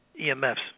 EMFs